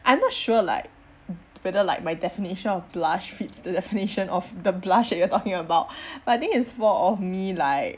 I'm not sure like whether like my definition of blush fits the definition of the blush that you are talking about but I think it's more of me like